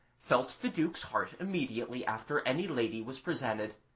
felt the duke's heart immediately after any lady was presented,